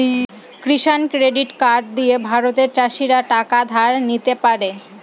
কিষান credit card দিয়ে ভারতের চাষীরা টাকা ধার নিতে পারে